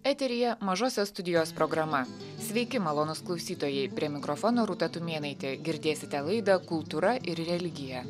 eteryje mažosios studijos programa sveiki malonūs klausytojai prie mikrofono rūta tumėnaitė girdėsite laidą kultūra ir religija